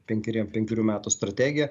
penkeriem penkerių metų strategiją